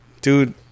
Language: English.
Dude